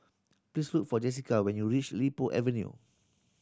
please look for Jesica when you reach Li Po Avenue